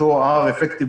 אותו --- אפקטים,